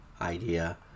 idea